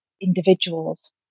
individuals